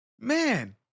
man